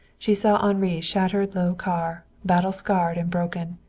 she saw henri's shattered low car, battle-scarred and broken.